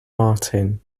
martin